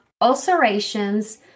ulcerations